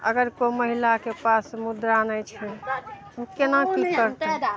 अगर कोइ महिलाके पास मुद्रा नहि छै ओ केना की करतय